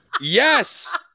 Yes